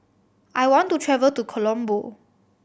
I want to travel to Colombo